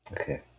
Okay